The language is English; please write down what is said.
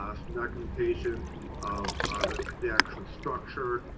ah some documentation of the the actual structure,